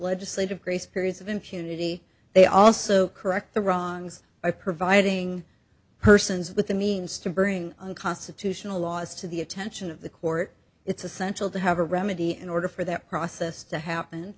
legislative grace periods of impunity they also correct the wrongs by providing persons with the means to bring unconstitutional laws to the attention of the court it's essential to have a remedy in order for that process to happen